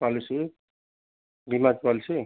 policy बीमा की policy